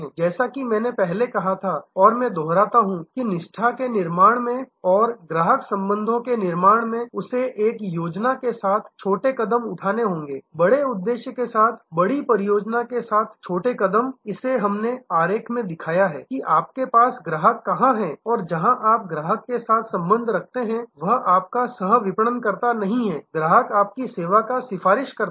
जैसा कि मैंने पहले कहा था और मैं दोहराता हूं कि निष्ठा के निर्माण में और ग्राहक संबंधों के निर्माण में उसे एक योजना के साथ छोटे कदम उठाने होंगे बड़े उद्देश्य के साथ बड़ी योजना के साथ छोटे कदम इसे हमने आरेख में दिखाया है कि आपके पास ग्राहक कहां है जहाँ आप ग्राहक के साथ संबंध रखते हैं वह आपका सह विपणनकर्ता नहीं है ग्राहक आपकी सेवा का सिफारिशकर्ता है